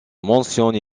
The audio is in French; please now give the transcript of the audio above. mentionne